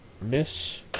Miss